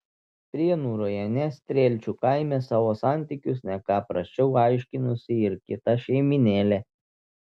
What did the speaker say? prienų rajone strielčių kaime savo santykius ne ką prasčiau aiškinosi ir kita šeimynėlė